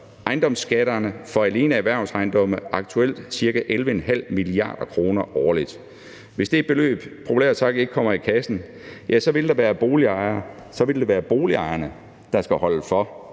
ejendomsskatterne for alene erhvervsejendomme aktuelt ca. 11,5 mia. kr. årligt. Hvis det beløb populært sagt ikke kommer i kassen, vil det være boligejerne, der skal holde for